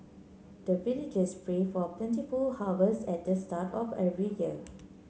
the villagers pray for plentiful harvest at the start of every year